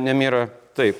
nemira taip